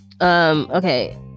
okay